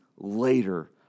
Later